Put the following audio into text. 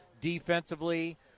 defensively